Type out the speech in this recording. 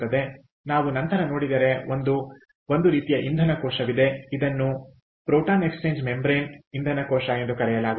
ಆದ್ದರಿಂದ ನಾವು ನಂತರ ನೋಡಿದರೆ ಒಂದು ರೀತಿಯ ಇಂಧನ ಕೋಶವಿದೆ ಇದನ್ನು ಪ್ರೋಟಾನ್ ಎಕ್ಸ್ಚೇಂಜ್ ಮೆಂಬರೇನ್ ಇಂಧನ ಕೋಶ ಎಂದು ಕರೆಯಲಾಗುತ್ತದೆ